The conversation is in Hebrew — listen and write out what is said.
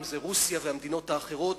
רוסיה והמדינות האחרות,